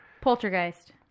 Poltergeist